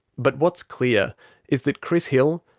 but what's clear is that chris hill,